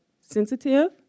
sensitive